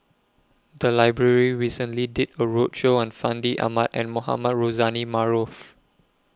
The Library recently did A roadshow on Fandi Ahmad and Mohamed Rozani Maarof